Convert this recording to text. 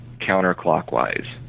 counterclockwise